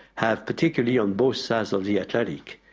have, particularly on both sides of the atlantic,